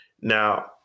Now